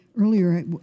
earlier